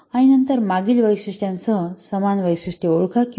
नंतर मागील वैशिष्ट्यांसह समान वैशिष्ट्ये ओळखा किंवा पहा